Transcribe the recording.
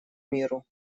миру